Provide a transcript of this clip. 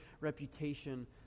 reputation